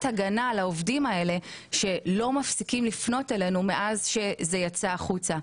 הגנה לעובדים האלה שלא מפסיקים לפנות אלינו מאז שזה יצא החוצה.